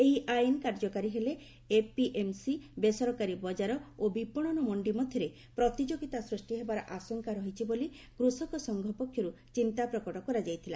ଏହି ଆଇନ୍ କାର୍ଯ୍ୟକାରୀ ହେଲେ ଏପିଏମ୍ସି ବେସରକାରୀ ବଜାର ଓ ବିପଣନ ମଣ୍ଡି ମଧ୍ୟରେ ପ୍ରତିଯୋଗୀତା ସୂଷ୍ଟି ହେବାର ଆଶଙ୍କା ରହିଛି ବୋଲି କୃଷକ ସଂଘ ପକ୍ଷରୁ ଚିନ୍ତା ପ୍ରକଟ କରାଯାଇଥିଲା